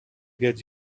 get